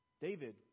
David